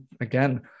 again